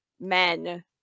men